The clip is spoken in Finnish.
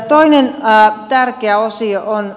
toinen tärkeä osio